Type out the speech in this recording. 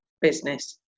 business